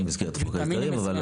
לא במסגרת חוק ההסדרים.